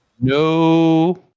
no